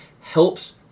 helps